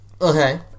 Okay